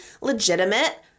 legitimate